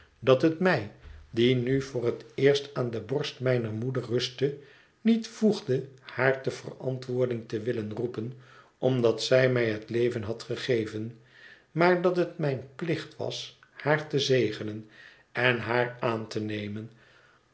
dat het mij die nu voor het eerst aan de borst mijner moeder rustte niet voegde haar ter verantwoording te willen roepen omdat zij mij het leven had gegeven maar dat het mijn plicht was haar te zegenen en haar aan te nemen